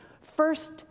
First